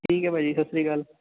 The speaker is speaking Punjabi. ਠੀਕ ਹੈ ਬਾਈ ਜੀ ਸਤਿ ਸ਼੍ਰੀ ਅਕਾਲ